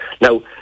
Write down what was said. Now